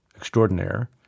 Extraordinaire